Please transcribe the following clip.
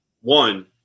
one